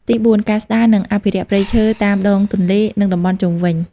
ទីបួន ការស្តារ និងអភិរក្សព្រៃឈើតាមដងទន្លេ និងតំបន់ជុំវិញ។